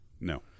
No